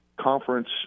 conference